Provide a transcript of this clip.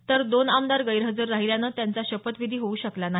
तर दोन आमदार गैरहजर राहिल्यानं त्यांचा शपथविधी होऊ शकला नाही